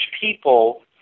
people